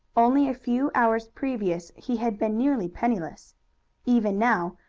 only a few hours previous he had been nearly penniless even now,